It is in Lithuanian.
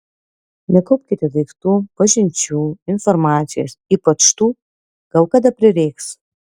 nekaupkite daiktų pažinčių informacijos ypač tų gal kada prireiks